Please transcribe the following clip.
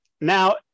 Now